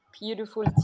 beautiful